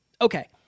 Okay